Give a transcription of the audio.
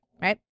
Right